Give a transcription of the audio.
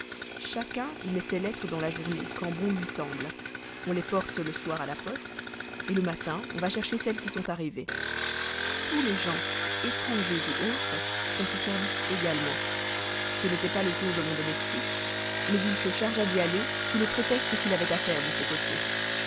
chacun y met ses lettres dans la journée quand bon lui semble on les porte le soir à la poste le matin on va chercher celles qui sont arrivées tous les gens étrangers ou autres font ce service également ce n'était pas le tour de mon domestique mais il se chargea d'y aller sous le prétexte qu'il avait affaire de ce côté